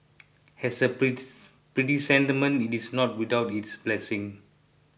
as a it is not without its blessing